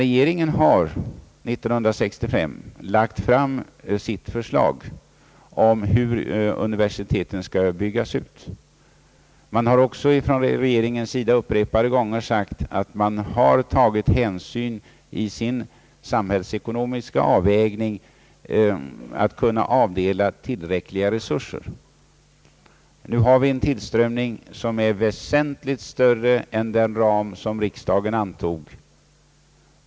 Regeringen har 1965 lagt fram sitt förslag om hur universiteten skall byggas ut. Regeringen har också upprepade gånger sagt att den vid sin samhällsekonomiska avvägning tagit hänsyn till behovet av att avdela tillräckliga resurser. Nu sker det en tillströmning som är väsentligt större än som täcks inom den ram som riksdagen då antog.